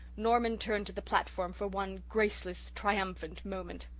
norman turned to the platform for one graceless, triumphant moment.